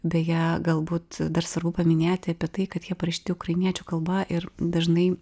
beje galbūt dar svarbu paminėti apie tai kad jie parašyti ukrainiečių kalba ir dažnai